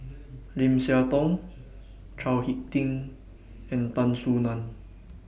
Lim Siah Tong Chao Hick Tin and Tan Soo NAN